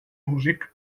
music